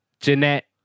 Jeanette